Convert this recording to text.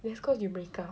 yes cause you break up